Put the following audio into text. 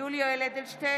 יולי יואל אדלשטיין,